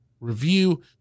review